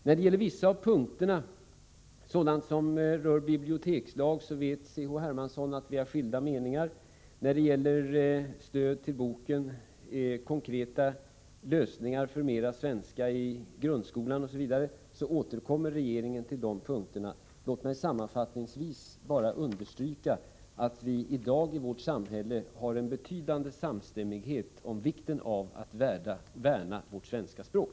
När det gäller vissa av punkterna, t.ex. den som rör bibliotekslag, vet C.-H. Hermansson att vi har skilda meningar. När det gäller stöd till boken, konkreta lösningar för mera svenska i grundskolan osv. återkommer regeringen till de punkterna. Låt mig sammanfattningsvis bara understryka att vi i dag i vårt samhälle har en betydande samstämmighet om vikten av att värna vårt svenska språk.